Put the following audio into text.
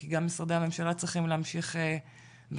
כי גם משרדי הממשלה צריכים להמשיך בדרכם.